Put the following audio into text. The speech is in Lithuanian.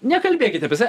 nekalbėkit apie save